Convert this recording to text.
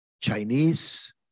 Chinese